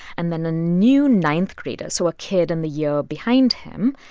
and then a new ninth-grader so a kid in the year behind him,